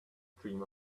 stream